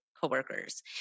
coworkers